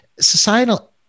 societal